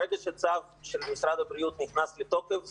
ברגע שצו של משרד הבריאות נכנס לתוקף,